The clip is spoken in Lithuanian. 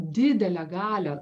didelę galią